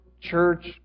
church